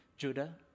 Judah